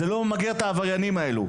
זה לא ממגר את העבריינים האלו.